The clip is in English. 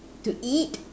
to eat